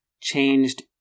changed